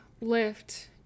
lift